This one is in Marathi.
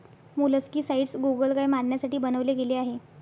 मोलस्कीसाइडस गोगलगाय मारण्यासाठी बनवले गेले आहे